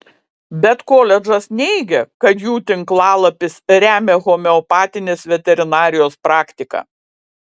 bet koledžas neigia kad jų tinklalapis remia homeopatinės veterinarijos praktiką